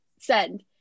send